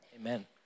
Amen